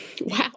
Wow